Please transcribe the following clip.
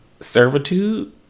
servitude